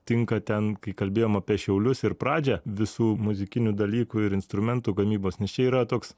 tinka ten kai kalbėjom apie šiaulius ir pradžią visų muzikinių dalykų ir instrumentų gamybos nes čia yra toks